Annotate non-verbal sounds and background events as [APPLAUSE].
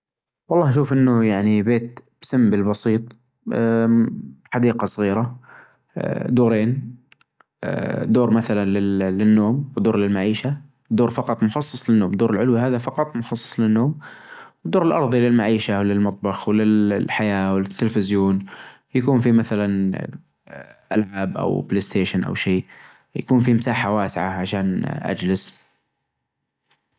احب المتاحف الاثرية لانها تعرظ لي الواقع اللي كان يعيشه الناس من جبل كيف كانوا ياكلون? كيف كانوا يعيشون? كيف كانت حياتهم? كيف كان يومهم? [HESITATION] ايش النشاطات اللي كانوا بيسوونها? [HESITATION] كيف كان تواصلهم مع العالم? كيف كانت بناياتهم? كيف كانت الفنون وقتها [HESITATION] فانا الصراحة احب هذا النوع من المتاحف.